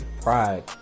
Pride